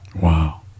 Wow